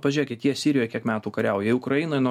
pažiūrėkit jie sirijoj kiek metų kariauja jie ukrainoj nuo